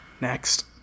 Next